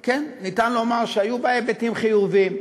כן, ניתן לומר שהיו בה היבטים חיוביים.